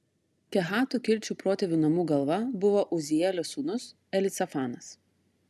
kehatų kilčių protėvių namų galva buvo uzielio sūnus elicafanas